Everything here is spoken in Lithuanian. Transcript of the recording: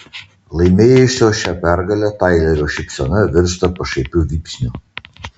laimėjusio šią pergalę tailerio šypsena virsta pašaipiu vypsniu